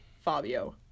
Fabio